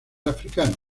africano